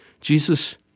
Jesus